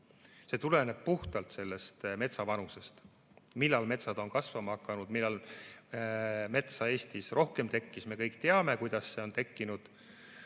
See tuleneb puhtalt metsade vanusest: millal mets on kasvama hakanud, millal metsa Eestis rohkem tekkis. Me kõik teame, kuidas see on tekkinud.